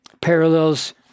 parallels